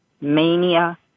mania